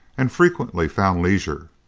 and frequently found leisure,